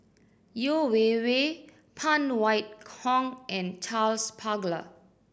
Yeo Wei Wei Phan Wait Hong and Charles Paglar